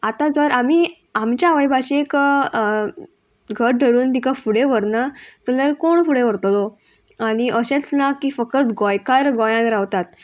आतां जर आमी आमच्या आवय भाशेक घट्ट धरून तिका फुडें व्हरना जाल्यार कोण फुडें व्हरतलो आनी अशेंच ना की फकत गोंयकार गोंयान रावतात